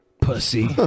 Pussy